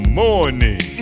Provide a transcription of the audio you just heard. morning